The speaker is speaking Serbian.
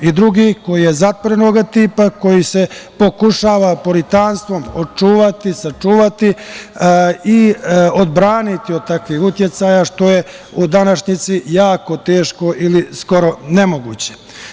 Drugi, koji je zatvorenog tipa, koji se pokušava puritanstvom očuvati, sačuvati i odbraniti od takvih uticaja, što je u današnjici jako teško ili skoro nemoguće.